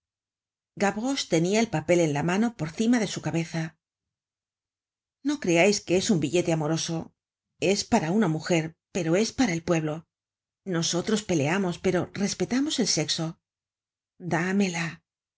gavroche tenia el papel en la mano por cima de su cabeza no creais que es un billete amoroso es para una mujer pero es para el pueblo nosotros peleamos pero respetamos el sexo dámela